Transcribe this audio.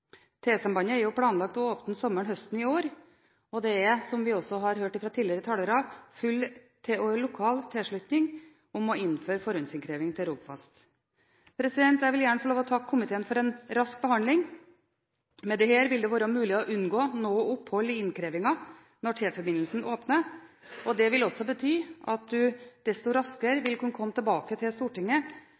planlagt å åpne sommeren/høsten i år, og det er, som vi også har hørt fra tidligere talere, full lokal tilslutning om å innføre forhåndsinnkreving til Rogfast. Jeg vil gjerne få lov til å takke komiteen for rask behandling. Med dette vil det være mulig å unngå opphold i innkrevingen når T-forbindelsen åpner. Det vil også bety at man desto raskere vil kunne komme tilbake og forelegge Stortinget